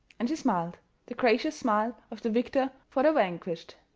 and she smiled the gracious smile of the victor for the vanquished.